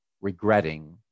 regretting